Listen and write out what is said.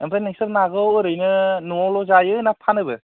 ओमफ्राय नोंसोर नाखौ ओरैनो न'आव ल'जायो ना फानोबो